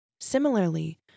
Similarly